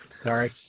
Sorry